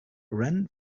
ran